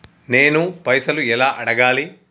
నేను పైసలు ఎలా అడగాలి?